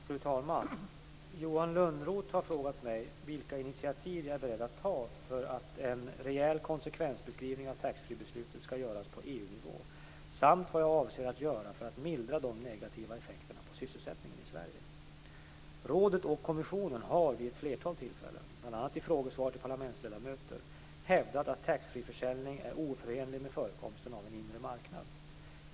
Fru talman! Johan Lönnroth har frågat mig vilka initiativ jag är beredd att ta för att en rejäl konsekvensbeskrivning av taxfreebeslutet skall göras på EU-nivå samt vad jag avser att göra för att mildra de negativa effekterna på sysselsättningen i Sverige. Rådet och kommissionen har vid ett flertal tillfällen, bl.a. i frågesvar till parlamentsledamöter, hävdat att taxfreeförsäljning är oförenlig med förekomsten av en inre marknad.